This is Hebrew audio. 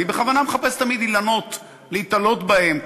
אני בכוונה מחפש תמיד אילנות להיתלות בהם.